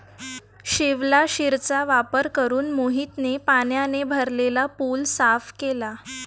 शिवलाशिरचा वापर करून मोहितने पाण्याने भरलेला पूल साफ केला